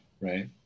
right